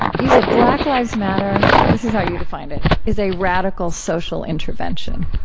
you said, black lives matter this is how you defined it is a radical social intervention,